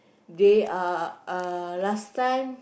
they are uh last time